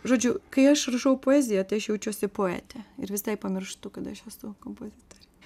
žodžiu kai aš rašau poeziją tai aš jaučiuosi poetė ir visai pamirštu kad aš esu kompozitorė